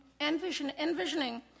envisioning